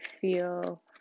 feel